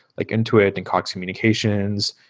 like intuit and cox communications,